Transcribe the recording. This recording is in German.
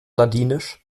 ladinisch